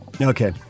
Okay